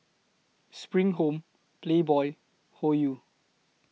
SPRING Home Playboy Hoyu